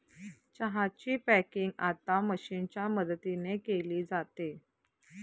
चहा ची पॅकिंग आता मशीनच्या मदतीने केली जाते